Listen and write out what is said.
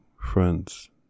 friends